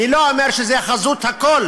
אני לא אומר שזה חזות הכול